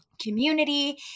community